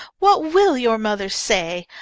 what will your mother say?